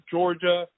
Georgia